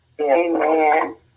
Amen